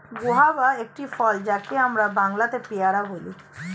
guava একটি ফল যাকে আমরা বাংলাতে পেয়ারা বলি